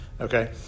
okay